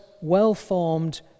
well-formed